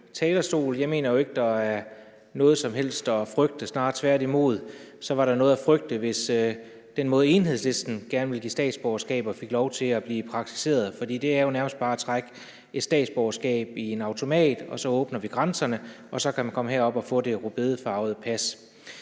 Jeg mener ikke, der er noget som helst at frygte – snarere tværtimod var der noget at frygte, hvis den måde, Enhedslisten gerne vil give statsborgerskab på, fik lov til at blive praktiseret. For det er jo nærmest bare at trække et statsborgerskab i en automat, og så åbner vi grænserne, og så kan man komme herop og få det rødbedefarvede pas.